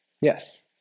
Yes